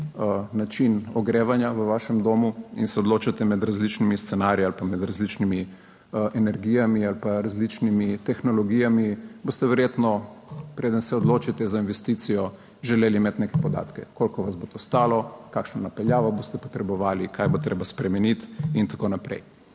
način ogrevanja v vašem domu in se odločate med različnimi scenariji ali pa med različnimi energijami ali pa različnimi tehnologijami, boste verjetno preden se odločite za investicijo, želeli imeti neke podatke, koliko vas bo to stalo, kakšno napeljavo boste potrebovali, kaj bo treba spremeniti in tako naprej.